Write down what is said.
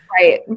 Right